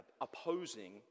opposing